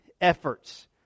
efforts